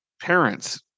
parents